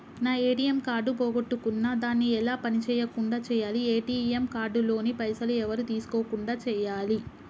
నా ATM card పోగొట్టుకున్నా దాన్ని ఎలా పని చేయకుండా చేయాలి ఏ.టి.ఎమ్ కార్డు లోని పైసలు ఎవరు తీసుకోకుండా చేయాలి?